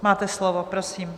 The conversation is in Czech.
Máte slovo, prosím.